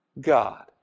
God